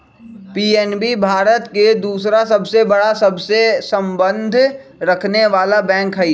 PNB Bharat के दूसरा सबसे बड़ा सबसे संबंध रखनेवाला बैंक हई